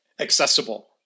accessible